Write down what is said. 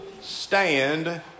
stand